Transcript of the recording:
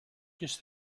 does